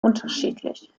unterschiedlich